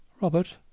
Robert